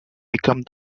become